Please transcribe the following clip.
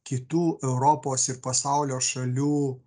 kitų europos ir pasaulio šalių